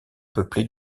peuplés